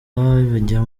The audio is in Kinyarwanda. bajya